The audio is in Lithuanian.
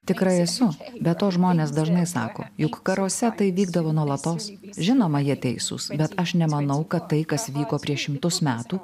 tikrai esu be to žmonės dažnai sako juk karuose tai vykdavo nuolatos žinoma jie teisūs bet aš nemanau kad tai kas vyko prieš šimtus metų